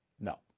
No